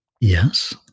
Yes